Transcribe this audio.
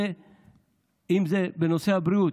ואם זה בנושא הבריאות,